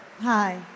Hi